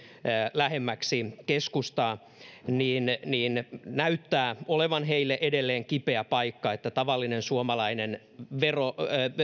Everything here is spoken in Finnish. lähemmäksi keskustaa se näyttää olevan heille edelleen kipeä paikka että tavallinen suomalainen